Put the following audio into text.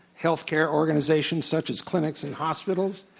healthcare organizations such as clinics and hospitals,